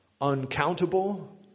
uncountable